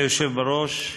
אדוני היושב בראש,